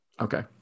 Okay